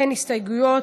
אין הסתייגויות.